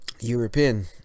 European